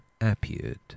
appeared